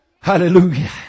Hallelujah